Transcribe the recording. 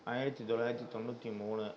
ஆயிரத்தி தொள்ளாயிரத்தி தொண்ணூற்றி மூணு